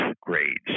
grades